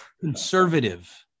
conservative